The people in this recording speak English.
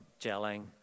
gelling